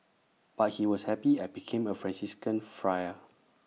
but he was happy I became A Franciscan Friar